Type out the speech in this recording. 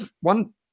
One